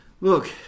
look